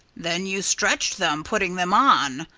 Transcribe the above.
then you stretched them, putting them on,